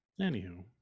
Anywho